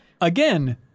Again